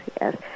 yes